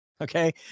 Okay